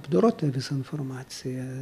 dorot tą visą informaciją